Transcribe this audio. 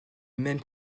même